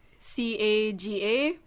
CAGA